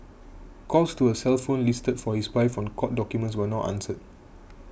calls to a cell phone listed for his wife on court documents were not answered